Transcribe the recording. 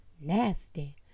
nasty